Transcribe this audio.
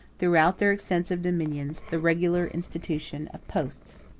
throughout their extensive dominions, the regular institution of posts.